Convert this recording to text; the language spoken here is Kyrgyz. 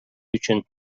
үчүн